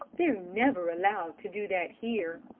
they're never allowed to do that here.